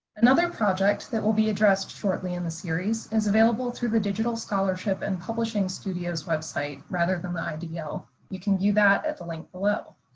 another project that will be addressed shortly and in series is available through the digital scholarship and publishing studios website rather than the idl. you know you can view that at the link below.